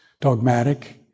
dogmatic